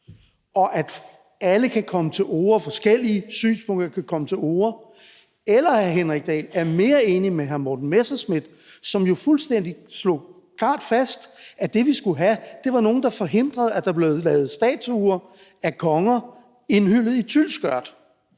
og at alle kan komme til orde, at forskellige synspunkter kan komme til orde, eller om hr. Henrik Dahl er mere enig med hr. Morten Messerschmidt, som jo fuldstændig klart slog fast, at det, som vi skulle have, var nogle, der forhindrede, at der blev lavet statuer af konger indhyllet i et tylskørt.